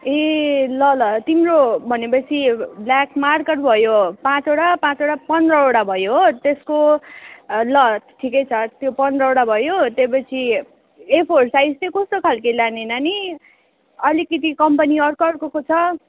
ए ल ल तिम्रो भनेपछि ब्ल्याक मार्कर भयो पाँचवटा पाँचवटा पन्द्रवटा भयो हो त्यसको ल ठिकै छ त्यो पन्द्रवटा भयो त्योपछि ए फोर साइज चाहिँ कस्तो खालको लाने नानी अलिकति कम्पनी अर्को अर्कोको छ